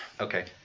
Okay